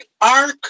ark